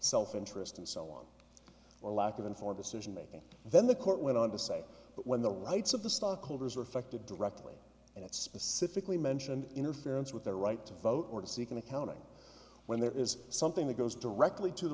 self interest and so on or lack of and for the station making then the court went on to say when the rights of the stockholders are affected directly and it specifically mentioned interference with their right to vote or to seek an accounting when there is something that goes directly to the